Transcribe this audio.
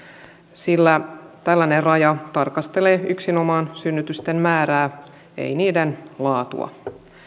sillä tällainen raja tarkastelee yksinomaan synnytysten määrää ei niiden laatua